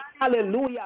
hallelujah